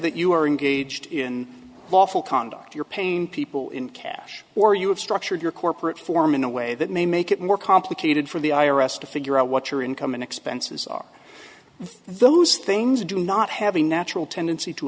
that you are engaged in lawful conduct your pain people in cash or you have structured your corporate form in a way that may make it more complicated for the i r s to figure out what your income and expenses are those things do not have a natural tendency to